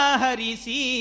Harisi